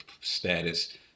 status